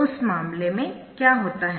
उस मामले में क्या होता है